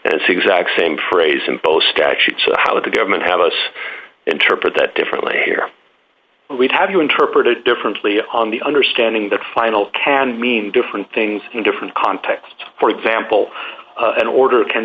as exact same phrase in both statutes and how the government have us interpret that differently here we'd have you interpret it differently on the understanding that final can mean different things in different contexts for example an order